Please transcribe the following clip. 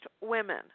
women